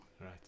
Right